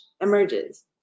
emerges